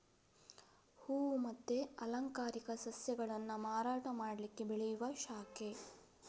ಹೂವು ಮತ್ತೆ ಅಲಂಕಾರಿಕ ಸಸ್ಯಗಳನ್ನ ಮಾರಾಟ ಮಾಡ್ಲಿಕ್ಕೆ ಬೆಳೆಯುವ ಶಾಖೆ